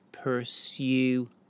pursue